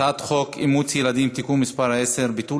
הצעת חוק אימוץ ילדים (תיקון מס' 10) (ביטול